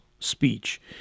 Speech